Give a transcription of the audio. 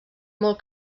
molt